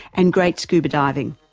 and great scuba diving.